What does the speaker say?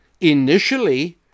initially